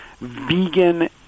vegan